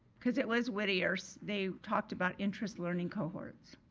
cause it was whittiers. they talked about interest learning cohorts.